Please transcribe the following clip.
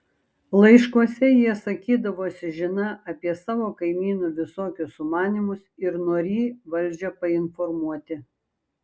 laiškuose jie sakydavosi žiną apie savo kaimynų visokius sumanymus ir norį valdžią painformuoti